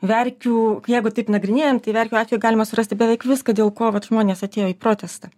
verkių jeigu taip nagrinėjant tai verkių atveju galima surasti beveik viską dėl ko vat žmonės atėjo į protestą